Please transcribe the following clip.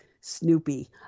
Snoopy